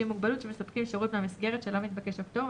עם מוגבלות שמקבלים שירות מהמסגרת שלה מתבקש הפטור,